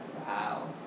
Wow